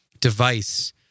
device